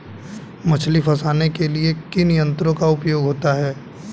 मछली फंसाने के लिए किन यंत्रों का उपयोग होता है?